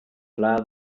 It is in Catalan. pla